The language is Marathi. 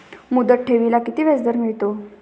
मुदत ठेवीला किती व्याजदर मिळतो?